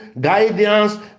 guidance